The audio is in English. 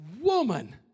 woman